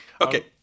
Okay